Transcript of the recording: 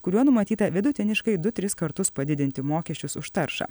kuriuo numatyta vidutiniškai du tris kartus padidinti mokesčius už taršą